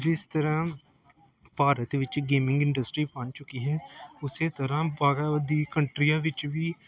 ਜਿਸ ਤਰ੍ਹਾਂ ਭਾਰਤ ਵਿੱਚ ਗੇਮਿੰਗ ਇੰਡਸਟਰੀ ਬਣ ਚੁੱਕੀ ਹੈ ਉਸੇ ਤਰ੍ਹਾਂ ਬਾਹਰ ਦੀ ਕੰਟਰੀਆਂ ਵਿੱਚ ਵੀ